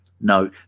No